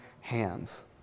hands